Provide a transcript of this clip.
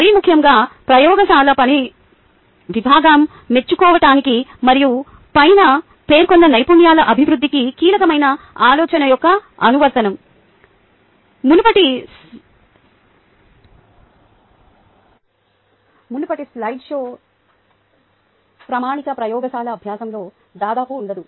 మరీ ముఖ్యంగా ప్రయోగశాల పనిని బాగా మెచ్చుకోవటానికి మరియు పైన పేర్కొన్న నైపుణ్యాల అభివృద్ధికి కీలకమైన ఆలోచన యొక్క అనువర్తనం మునుపటి స్లైడ్ ప్రామాణిక ప్రయోగశాల అభ్యాసంలో దాదాపుగా ఉండదు